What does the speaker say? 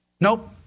Nope